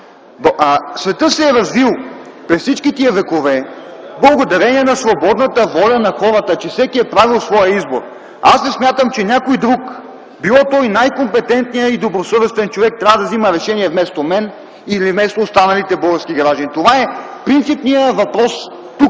Светът се е развил през всички тези векове благодарение на свободната воля на хората и че всеки е правил своя избор. Аз не смятам, че някой друг, било то и най-компетентният и добросъвестен човек, трябва да вземе решение вместо мен или вместо останалите български граждани. Това е принципният въпрос тук,